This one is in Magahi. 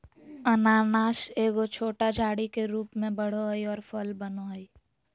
अनानास एगो छोटा झाड़ी के रूप में बढ़ो हइ और फल बनो हइ